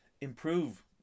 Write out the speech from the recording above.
improve